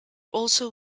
also